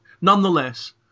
nonetheless